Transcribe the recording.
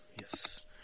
Yes